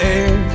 air